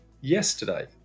yesterday